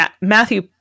Matthew